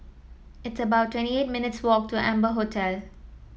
it's about twenty eight minutes' walk to Amber Hotel